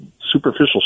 superficial